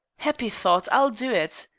happy thought, i'll do it.